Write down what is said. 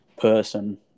person